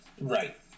Right